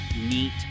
neat